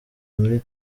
muri